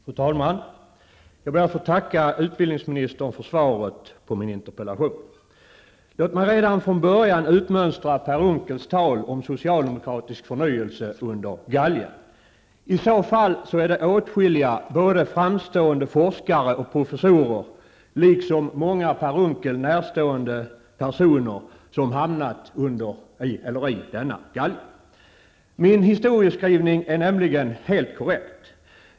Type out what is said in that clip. Fru talman! Jag ber att få tacka utbildningsministern för svaret på min interpellation. Låt mig redan från början utmönstra Per Unckels tal om socialdemokratisk förnyelse under galgen. I så fall är det åtskilliga både framstående forskare och professorer liksom många Per Unckel närstående personer som hamnat under eller i denna galge. Min historieskrivning är nämligen helt korrekt.